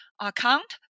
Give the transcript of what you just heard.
account